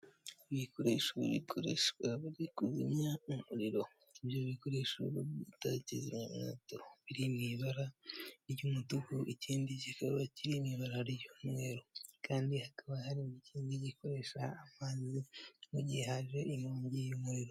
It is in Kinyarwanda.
Ibiyikoresho bikoreshwa bari kuzimya umuriro ibyo bikoresho byagita kizimyamwoto biri mu ibara ry'umutukuu ikindi kikaba kiri mu ibari ry'umwe kandi hakaba hari ikindi gikoresho amazi mu gihe haje inkongi y'umuriro.